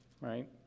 Right